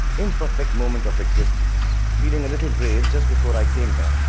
imperfect moment of existence, feeling a little brave just before i came here,